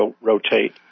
rotate